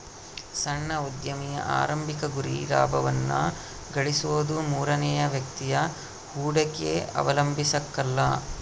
ಸಣ್ಣ ಉದ್ಯಮಿಯ ಆರಂಭಿಕ ಗುರಿ ಲಾಭವನ್ನ ಗಳಿಸೋದು ಮೂರನೇ ವ್ಯಕ್ತಿಯ ಹೂಡಿಕೆ ಅವಲಂಬಿಸಕಲ್ಲ